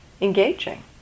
engaging